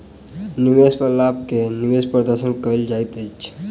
निवेश पर लाभ के निवेश प्रदर्शन कहल जाइत अछि